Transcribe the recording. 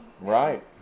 right